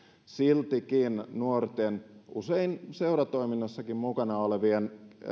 siltikin nuorten usein seuratoiminnassakin mukana olevien